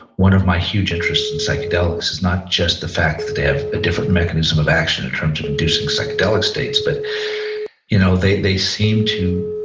one of my huge interests in psychedelics is not just the fact that they have a different mechanism of action in terms of inducing psychedelic states, but you know they they seem to,